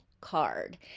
card